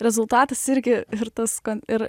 rezultatas irgi ir tas kon ir